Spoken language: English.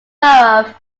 borough